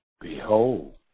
Behold